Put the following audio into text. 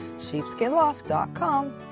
Sheepskinloft.com